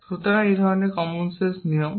সুতরাং এই ধরনের কমনসেন্স নিয়ম